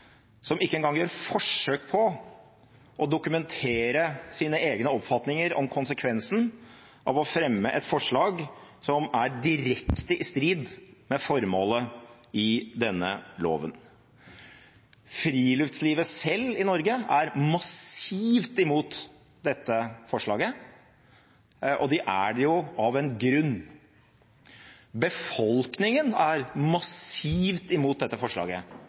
som ikke engang gjør forsøk på å dokumentere sine egne oppfatninger av konsekvensen av å fremme et lovforslag som er direkte i strid med formålet i denne loven. Friluftslivet i Norge er selv massivt imot dette forslaget, og det er de jo av en grunn. Befolkningen er massivt imot dette forslaget,